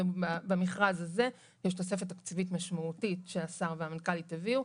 ובמכרז הזה יש תוספת תקציבית משמעותית שהשר והמנכ"לית הביאו,